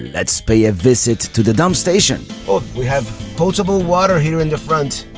let's pay a visit to the dump station. oh we have potable water here in the front.